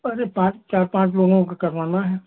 अरे पाँच चार पाँच लोगों का करवाना है